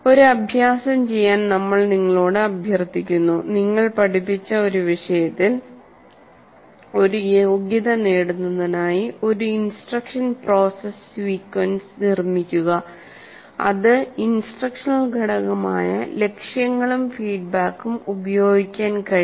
ഒരു അഭ്യാസം ചെയ്യാൻ നമ്മൾ നിങ്ങളോട് അഭ്യർത്ഥിക്കുന്നു നിങ്ങൾ പഠിപ്പിച്ച ഒരു വിഷയത്തിൽ ഒരു യോഗ്യത നേടുന്നതിനായി ഒരു ഇൻസ്ട്രക്ഷൻ പ്രോസസ് സീക്വൻസ് നിർമ്മിക്കുക അത് ഇൻസ്ട്രക്ഷണൽ ഘടകമായ ലക്ഷ്യങ്ങളും ഫീഡ്ബാക്കും ഉപയോഗിക്കാൻ കഴിയും